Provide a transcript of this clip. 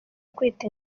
ukwita